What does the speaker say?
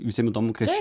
visiem įdomu kas čia